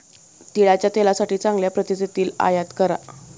तिळाच्या तेलासाठी चांगल्या प्रतीचे तीळ आयात करा